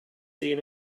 seen